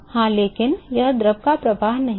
हाँ लेकिन यहां द्रव का प्रवाह नहीं है